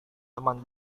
teman